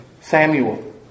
Samuel